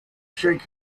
shake